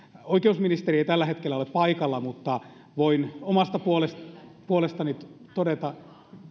oikeusministeri ei tällä hetkellä ole paikalla mutta voin omasta puolestani puolestani todeta